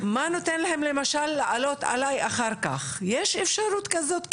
נותן להם למשל לעלות עלי אחר כך, יש אפשרות כזאת?